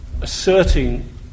asserting